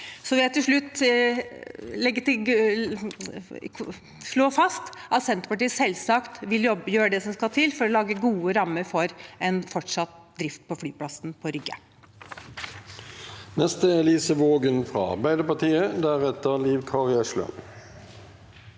Til slutt vil jeg slå fast at Senterpartiet selvsagt vil gjøre det som skal til for å lage gode rammer for fortsatt drift på flyplassen i Rygge.